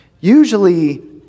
Usually